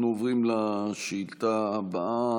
אנחנו עוברים לשאילתה הבאה.